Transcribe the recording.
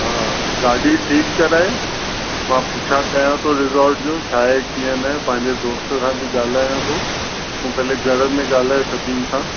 हा हा गाॾी ठीक कराए मां पुछा कयां थो रिसोर्ट जो छा आहे कीअं न आहे पंहिंजे दोस्त सां बि ॻाल्हायां थो तू पहले घर में ॻाल्हाए सभिनि सां